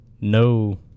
no